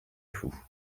floue